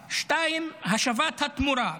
2. השבת התמורה,